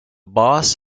boss